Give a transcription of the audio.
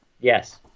Yes